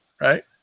Right